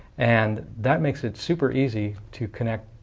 and that makes it super easy to connect,